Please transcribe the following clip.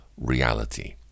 reality